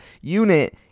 unit